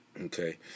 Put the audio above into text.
okay